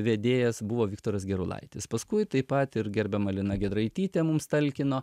vedėjas buvo viktoras gerulaitis paskui taip pat ir gerbiama lina giedraitytė mums talkino